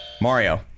Mario